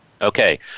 Okay